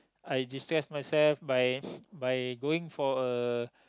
I distress myself by by going for a